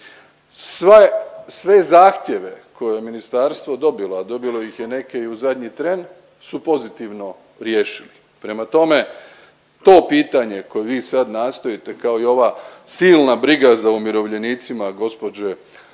Sve zahtjeve koje je ministarstvo dobilo, a dobilo ih je neke i u zadnji tren, su pozitivno riješili. Prema tome, to pitanje koje vi sad nastojite kao i ova silna briga za umirovljenicima gospođe